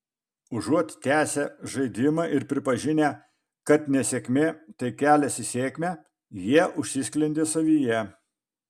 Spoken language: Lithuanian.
užuot tęsę žaidimą ir pripažinę kad nesėkmė tai kelias į sėkmę jie užsisklendė savyje